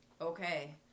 Okay